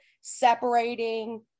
separating